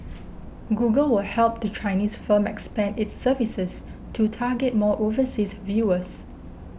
google will help the Chinese firm expand its services to target more overseas viewers